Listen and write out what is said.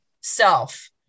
self